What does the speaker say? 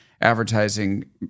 advertising